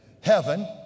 Heaven